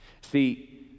See